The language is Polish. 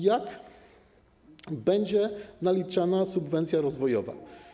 Jak będzie naliczana subwencja rozwojowa?